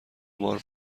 مار